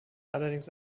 allerdings